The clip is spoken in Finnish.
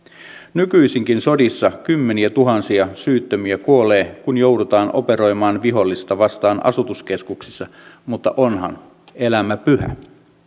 nykyisinkin sodissa kymmeniätuhansia syyttömiä kuolee kun joudutaan operoimaan vihollista vastaan asutuskeskuksissa mutta onhan elämä pyhä